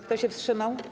Kto się wstrzymał?